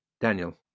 Daniel